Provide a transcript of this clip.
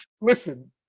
Listen